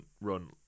run